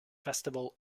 festival